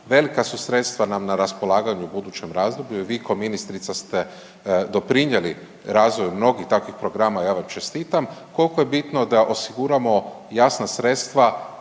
Velika su sredstva nam na raspolaganju u budućem razdoblju jer vi ko ministrica ste doprinijeli razvoju mnogih takvih programa i ja vam čestitam. Koliko je bitno da osiguramo jasna sredstva